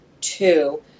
two